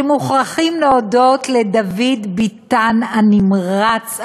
מוכרחים להודות לדוד ביטן הנמרץ,